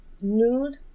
nude